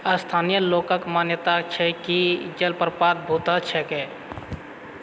स्थानीय लोककेँ मान्यता छैक कि ई जलप्रपात भूतहा छैक